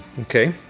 okay